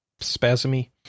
spasmy